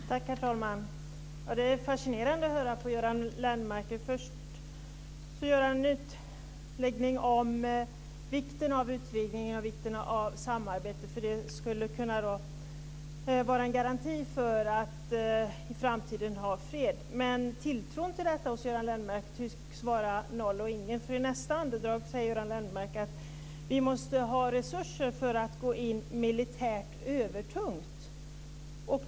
Herr talman! Det är fascinerande att lyssna på Göran Lennmarker. Först gör han en utläggning om vikten av utvidgningen och vikten av samarbete, för det skulle kunna vara en garanti för att i framtiden ha fred. Men tilltron till detta tycks hos Göran Lennmarker vara noll och ingen, för i nästa andedrag säger Göran Lennmarker att vi måste ha resurser för att gå in militärt övertungt.